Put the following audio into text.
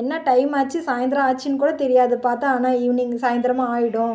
என்ன டைம் ஆச்சு சாயந்தரம் ஆச்சுன்னு கூட தெரியாது பார்த்தா ஆனால் ஈவினிங் சாயந்தரமும் ஆகிடும்